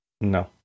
No